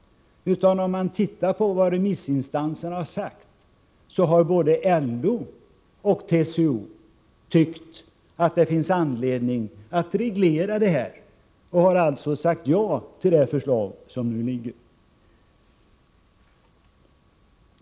Om man ser på remissinstansernas svar framgår det att både LO och TCO anser att det finns anledning att reglera detta, och de har alltså sagt ja till det förslag som har framlagts.